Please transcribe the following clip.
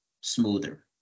smoother